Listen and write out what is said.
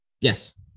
Yes